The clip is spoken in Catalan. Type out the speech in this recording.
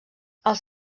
els